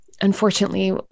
unfortunately